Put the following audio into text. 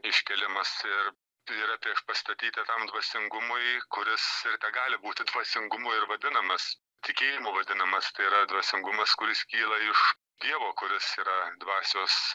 iškėlimas ir tai yra priešpastatyta tam dvasingumui kuris ir tegali būti dvasingumu ir vadinamas tikėjimu vadinamas tai yra dvasingumas kuris kyla iš dievo kuris yra dvasios